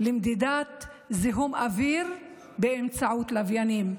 למדידת זיהום אוויר באמצעות לוויינים.